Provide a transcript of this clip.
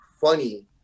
funny